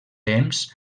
temps